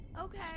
Okay